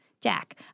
Jack